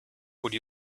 would